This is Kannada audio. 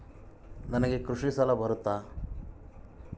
ನನಗೆ ಕೃಷಿ ಸಾಲ ಬರುತ್ತಾ?